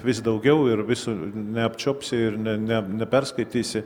vis daugiau ir visų neapčiuopsi ir ne ne neperskaitysi